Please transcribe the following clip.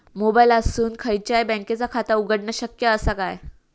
मोबाईलातसून खयच्याई बँकेचा खाता उघडणा शक्य असा काय?